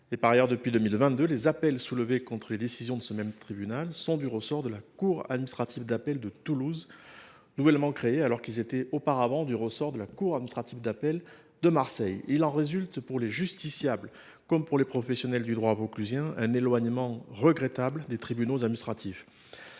Par ailleurs, depuis 2022, les appels soulevés contre les décisions de ce même tribunal sont du ressort de la cour administrative d’appel de Toulouse, nouvellement créée, alors qu’ils étaient auparavant du ressort de celle de Marseille. Il en résulte, pour les justiciables comme pour les professionnels du droit vauclusiens, un éloignement regrettable des tribunaux administratifs.